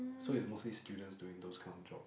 so it's mostly students doing those kind of job